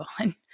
on